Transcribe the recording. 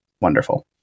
wonderful